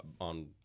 on